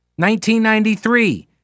1993